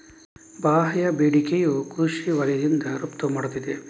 ಬಾಹ್ಯ ಬೇಡಿಕೆಯು ಕೃಷಿ ವಲಯದಿಂದ ರಫ್ತು ಮಾಡುತ್ತಿದೆ